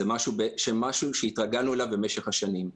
היא משהו שהתרגלנו אליו במשך השנים.